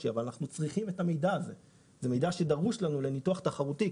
אבל זה מידע שדרוש לנו לניתוח תחרותי.